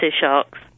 sharks